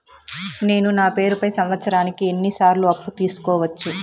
నేను నా పేరుపై సంవత్సరానికి ఎన్ని సార్లు అప్పు తీసుకోవచ్చు?